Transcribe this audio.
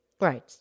Right